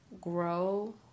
grow